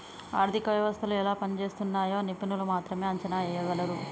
ఆర్థిక వ్యవస్థలు ఎలా పనిజేస్తున్నయ్యో నిపుణులు మాత్రమే అంచనా ఎయ్యగలరు